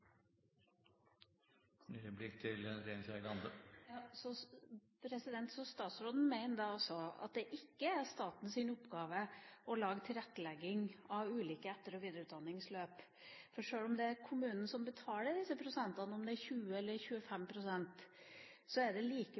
Statsråden mener altså at det ikke er statens oppgave å tilrettelegge ulike etter- og videreutdanningsløp. For sjøl om det er kommunen som betaler disse prosentene – om det er 20 eller 25 pst. – så er det